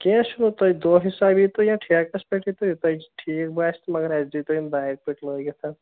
کیٚنٛہہ چھُنہٕ تۄہہِ دۄہ حِساب یی تو یا ٹھیکَس پٮ۪ٹھ ییٖتو یہِ تۄہہِ ٹھیٖک باسہِ تہٕ مگر اَسہِ دِیٖتو یِم دَارِ پٔٹۍ لٲگِتھ